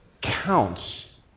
counts